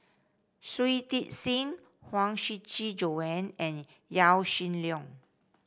Shui Tit Sing Huang Shiqi Joan and Yaw Shin Leong